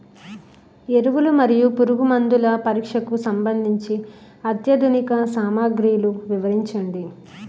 ఎరువులు మరియు పురుగుమందుల పరీక్షకు సంబంధించి అత్యాధునిక సామగ్రిలు వివరించండి?